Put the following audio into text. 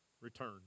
return